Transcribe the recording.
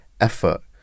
effort